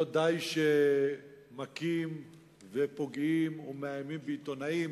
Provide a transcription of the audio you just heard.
לא די שמכים עיתונאים ופוגעים בהם ומאיימים עליהם,